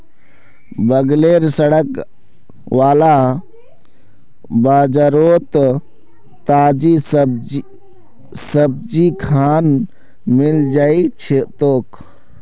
बगलेर सड़क वाला बाजारोत ताजी सब्जिखान मिल जै तोक